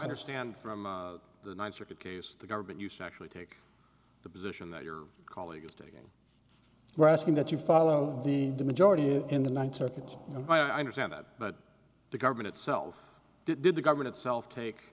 of stand from the ninth circuit case the government used to actually take the position that your colleagues were asking that you follow the majority in the ninth circuit and i understand that but the government itself did the government itself take